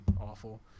awful